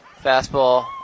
fastball